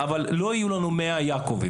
אבל לא יהיו לנו 100 יעקבים,